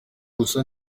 gusa